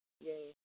Yay